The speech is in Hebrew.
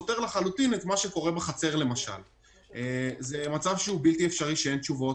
זה מצב שהוא בלתי אפשרי שאין תשובות.